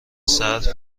صرف